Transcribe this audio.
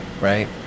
right